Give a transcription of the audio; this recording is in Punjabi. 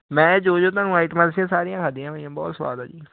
ਮੈਂ ਜੋ ਜੋ ਤੁਹਾਨੂੰ ਆਈਟਮਾਂ ਦੱਸੀਆਂ ਸਾਰੀਆਂ ਖਾਦੀਆਂ ਵੀ ਬਹੁਤ ਸਵਾਦ ਆ ਜੀ